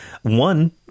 One